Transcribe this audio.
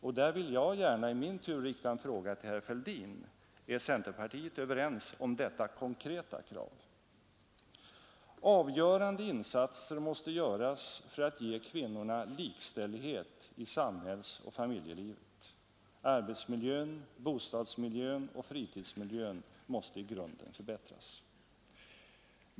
Och där vill jag i min tur rikta en fråga till herr Fälldin: Är centerpartiet överens med oss om detta konkreta krav? Avgörande insatser måste göras för att ge kvinnorna likställighet i samhällsoch familjelivet. Arbets-, böstadsoch fritidsmiljö måste i grunden förbättras.